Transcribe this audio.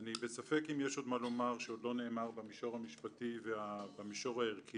אני בספק אם יש עוד מה לומר שעןד לא נאמר במישור המשפטי ובמישור הערכי.